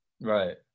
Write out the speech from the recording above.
Right